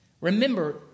Remember